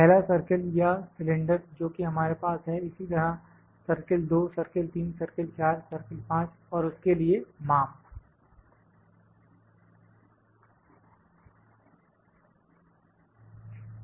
पहला सर्किल या सिलेंडर जो कि हमारे पास है इसी तरह सर्किल 2 सर्किल 3 सर्किल 4 सर्किल 5 और उसके लिए माप